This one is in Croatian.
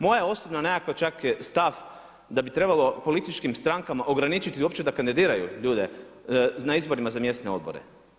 Moja osobna nekakva čak stav da bi trebalo političkim strankama ograničiti uopće da kandidiraju ljude na izborima za mjesne odbore.